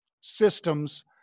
systems